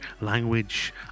language